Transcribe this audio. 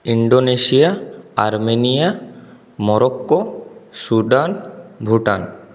Indonesia Armenia Morocco Sudan Bhutan